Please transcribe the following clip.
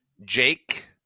Jake